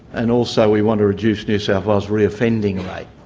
and also we want to reduce new south wales re-offending rate